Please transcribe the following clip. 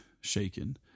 shaken